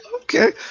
Okay